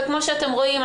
וכמו שאתם רואים,